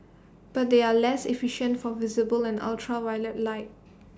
but they are less efficient for visible and ultraviolet light